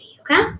okay